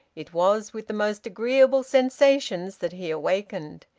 it was with the most agreeable sensations that he awakened.